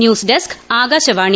news desk Akashvani